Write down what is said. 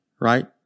Right